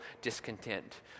discontent